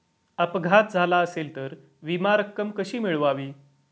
अपघात झाला असेल तर विमा रक्कम कशी मिळवावी?